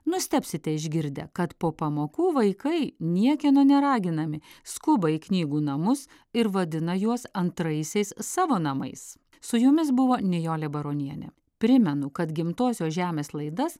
nustebsite išgirdę kad po pamokų vaikai niekieno neraginami skuba į knygų namus ir vadina juos antraisiais savo namais su jumis buvo nijolė baronienė primenu kad gimtosios žemės laidas